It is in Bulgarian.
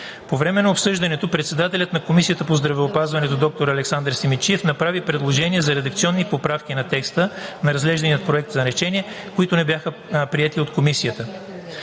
По време на обсъждането председателят на Комисията по здравеопазването доктор Александър Симидчиев направи предложение за редакционни поправки на текста на разглеждания проект на решение, което не беше прието от Комисията.